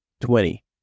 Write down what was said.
twenty